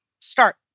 start